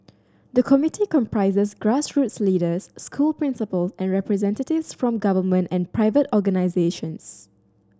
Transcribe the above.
the committee comprises grassroots leaders school principal and representatives from government and private organisations